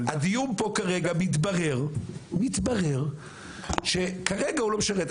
הדיון פה כרגע מתברר, מתברר שכרגע הוא לא משרת.